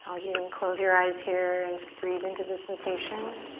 um again, close your eyes here and just breathe into the sensation.